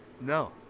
No